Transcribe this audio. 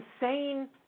insane